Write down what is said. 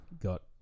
got